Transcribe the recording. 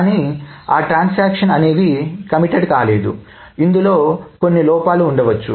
కానీ ఆ ట్రాన్సాక్షన్స్ అనేవి కమిటెడ్ కాలేదు ఇందులో కొన్ని లోపాలు ఉండవచ్చు